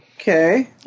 Okay